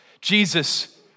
Jesus